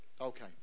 okay